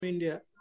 India